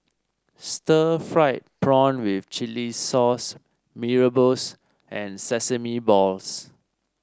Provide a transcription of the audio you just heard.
Stir Fried Prawn with Chili Sauce Mee Rebus and Sesame Balls